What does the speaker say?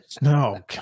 No